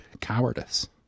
cowardice